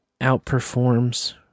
outperforms